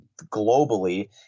globally